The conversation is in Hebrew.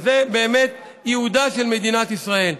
וזה באמת ייעודה של מדינת ישראל.